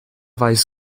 weiß